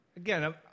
Again